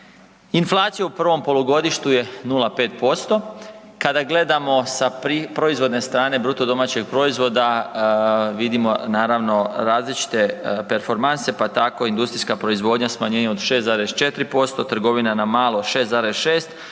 Inflacija u prvom polugodištu je 0,5%, kada gledamo sa proizvodne strane BDP-a vidimo različite performanse, pa tako industrijska proizvodnja smanjenje od 6,4%, trgovina na malo 6,6%